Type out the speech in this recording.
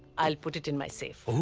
i'll put it in my safe. oh.